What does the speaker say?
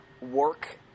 Work